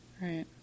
right